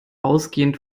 ausgehend